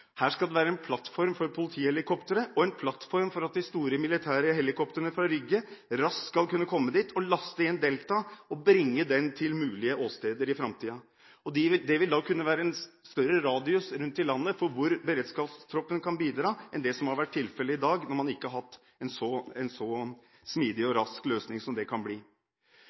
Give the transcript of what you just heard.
her skal det være en plattform for politihelikoptre og en plattform for at de store militære helikoptrene fra Rygge raskt skal kunne komme dit og laste inn Delta-troppen og bringe den til mulige åsteder i framtiden. Det vil da kunne være en større radius rundt i landet for hvor beredskapstroppen kan bidra, enn det som har vært tilfelle i dag når man ikke har hatt en så smidig og rask løsning som dette kan bli.